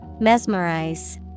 Mesmerize